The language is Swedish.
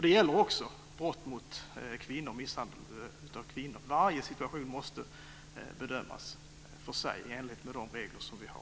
Detta gäller också vid misshandelsbrott mot kvinnor. Varje situation måste bedömas för sig i enlighet med de regler som vi har.